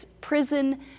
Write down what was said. prison